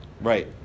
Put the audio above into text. Right